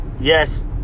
yes